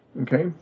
Okay